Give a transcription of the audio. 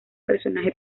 personaje